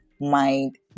mind